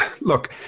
Look